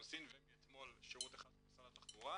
האוכלוסין ומאתמול שירות אחד של משרד התחבורה.